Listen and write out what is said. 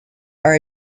are